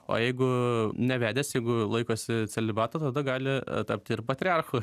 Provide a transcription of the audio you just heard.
o jeigu nevedęs jeigu laikosi celibato tada gali tapti ir patriarchu